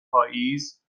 پاییز